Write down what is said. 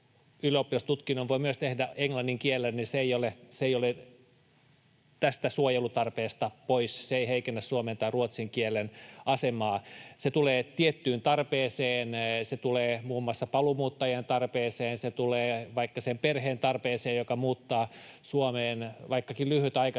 ylioppilastutkinnon voi tehdä myös englannin kielellä, ei ole tästä suojelutarpeesta pois, se ei heikennä suomen tai ruotsin kielen asemaa. Se tulee tiettyyn tarpeeseen, se tulee muun muassa paluumuuttajien tarpeeseen, se tulee vaikka sen perheen tarpeeseen, joka muuttaa Suomeen vaikka lyhytaikaisestikin